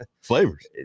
Flavors